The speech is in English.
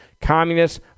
communists